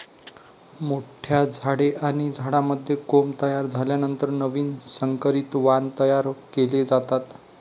मोठ्या झाडे आणि झाडांमध्ये कोंब तयार झाल्यानंतर नवीन संकरित वाण तयार केले जातात